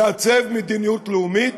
תעצב מדיניות לאומית,